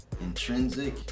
Intrinsic